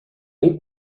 need